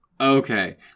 Okay